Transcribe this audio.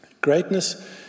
greatness